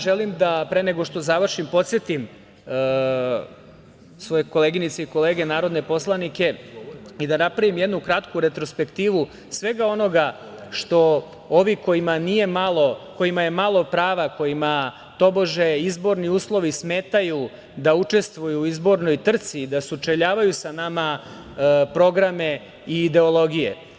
Želim, pre nego što završim podsetim svoje koleginice i kolege narodne poslanike i da napravim jednu kratku retrospektivu svega onoga što ovi kojima nije malo, odnosno kojima je malo prava, kojima tobože izborni uslovi smetaju da učestvuju u izbornoj trci i da se sučeljavaju sa nama programe i ideologije.